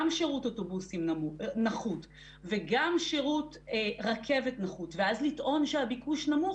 שירות אוטובוסים נחות וגם שירות רכבת נחות ואז לטעון שהביקוש נמוך,